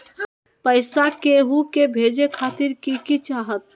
पैसा के हु के भेजे खातीर की की चाहत?